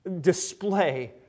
display